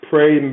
pray